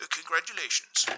Congratulations